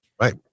Right